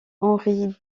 henri